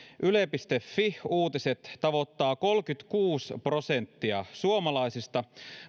yle fi uutiset tavoittaa kolmekymmentäkuusi prosenttia suomalaisista